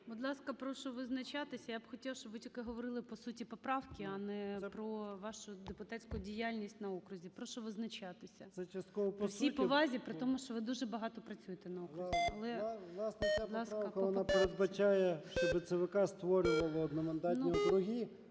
нас ця поправка, вона передбачає, щоб ЦВК створювало одномандатні округи.